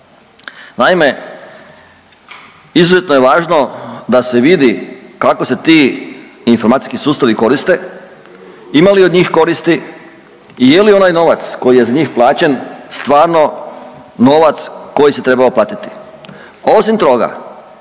Naime, izuzetno je važno da se vidi kako se ti informacijski sustavi koriste, ima li od njih koristi i je li onaj novac koji je za njih plaćen stvarno novac koji se trebao platiti? Osim toga,